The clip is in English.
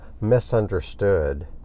misunderstood